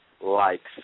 likes